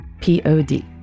P-O-D